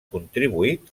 contribuït